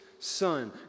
Son